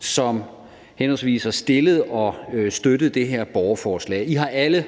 som henholdsvis har stillet og støttet det her borgerforslag. I har alle